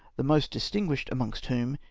the most distinguished amongst whom,